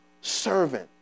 servant